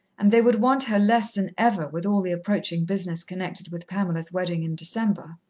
and they would want her less than ever, with all the approaching business connected with pamela's wedding in december.